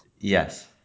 Yes